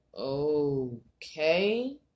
okay